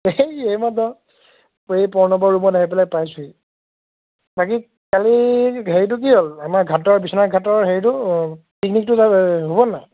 এইমাত্ৰ এই প্ৰণৱৰ ৰুমত আহি পেলাই পাইছোঁহি বাকী কালি হেৰিটো কি হ'ল আমাৰ ঘাটৰ বিশ্বনাথ ঘাটৰ হেৰিটো পিকনিকটো হ'বনে নাই